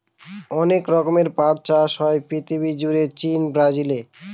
অনেক রকমের পাট চাষ হয় পৃথিবী জুড়ে চীন, ব্রাজিলে